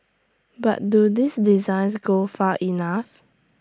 but do these designs go far enough